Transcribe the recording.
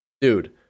dude